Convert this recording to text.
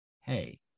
Hey